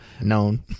Known